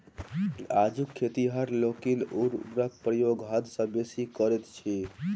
आजुक खेतिहर लोकनि उर्वरकक प्रयोग हद सॅ बेसी करैत छथि